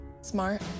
smart